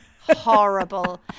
Horrible